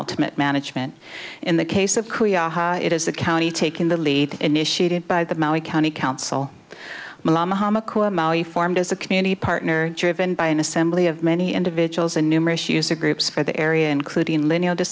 ultimate management in the case of it is the county taking the lead initiated by the county council formed as a community partner driven by an assembly of many individuals and numerous user groups for the area including li